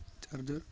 charger